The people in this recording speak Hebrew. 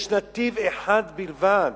יש נתיב אחד בלבד.